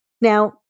Now